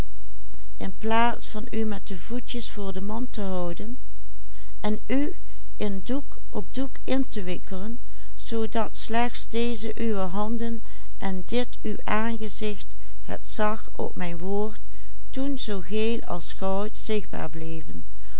de voetjes voor de mand te houden en u in doek op doek in te wikkelen zoodat slechts deze uwe handen en dit uw aangezicht het zag op mijn woord toen zoo geel als goud zichtbaar bleven